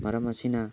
ꯃꯔꯝ ꯑꯁꯤꯅ